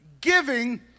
giving